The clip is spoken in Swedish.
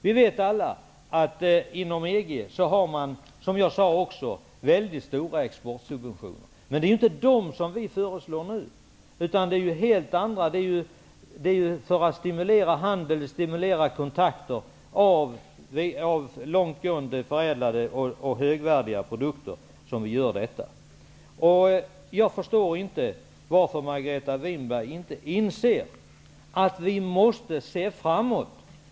Vi vet alla att man inom EG har mycket stora exportsubventioner, vilket jag sade. Men det är inte sådana vi föreslår nu, utan det är helt andra saker. Det är för att stimulera handel med högt förädlade och högvärdiga produkter och för att kontakter skall etableras som vi lägger fram detta förslag. Jag förstår inte varför Margareta Winberg inte inser att vi måste se framåt.